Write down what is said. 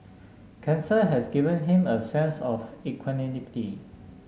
cancer has given him a sense of equanimity